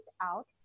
out